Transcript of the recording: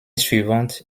suivante